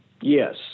Yes